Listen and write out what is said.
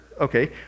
okay